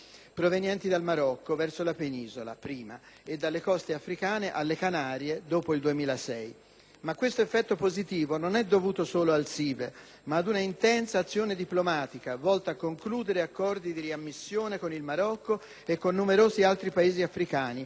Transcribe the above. provenienti dal Marocco verso la penisola, prima, e dalle coste africane alle Canarie dopo il 2006. Ma questo effetto positivo non è dovuto solo al SIVE, bensì ad una intensa azione diplomatica volta a concludere accordi di riammissione con il Marocco e con numerosi altri Paesi africani